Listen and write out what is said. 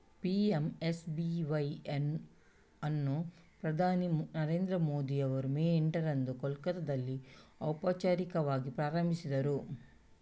PMSBY ಅನ್ನು ಪ್ರಧಾನಿ ನರೇಂದ್ರ ಮೋದಿ ಅವರು ಮೇ ಎಂಟರಂದು ಕೋಲ್ಕತ್ತಾದಲ್ಲಿ ಔಪಚಾರಿಕವಾಗಿ ಪ್ರಾರಂಭಿಸಿದರು